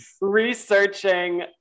researching